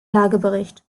lagebericht